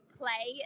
play